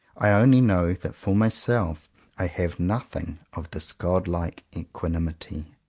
i only know that for myself i have nothing of this god-like equanimity.